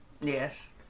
Yes